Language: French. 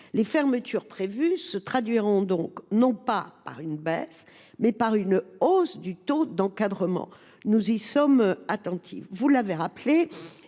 Les fermetures prévues se traduiront donc, non pas par une baisse, mais par une hausse du taux d’encadrement. Nous y sommes attentifs. Par ailleurs,